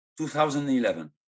2011